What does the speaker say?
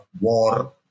war